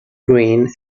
green